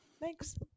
Thanks